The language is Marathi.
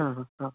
हां हां हां